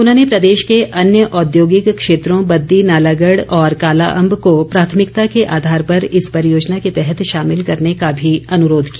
उन्होंने प्रदेश के अन्य औद्योगिक क्षेत्रों बद्दी नालागढ़ और कालाअम्ब को प्राथमिकता के आधार पर इस परियोजना के तहत शामिल करने का भी अनुरोध किया